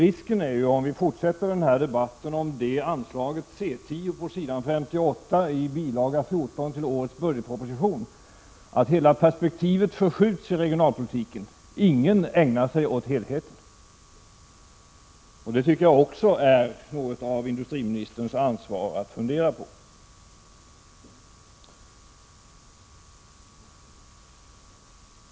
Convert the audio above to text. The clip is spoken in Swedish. Risken är, och vi fortsätter denna debatt om anslag C 10, s. 58, bil. 14 i årets budgetproposition, att helhetsperspektivet förskjuts i regionalpolitiken. Ingen ägnar sig åt helheten. Jag tycker att detta är någonting som industriministern bör fundera på.